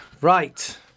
Right